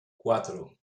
cuatro